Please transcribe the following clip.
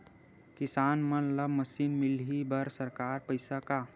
किसान मन ला मशीन मिलही बर सरकार पईसा का?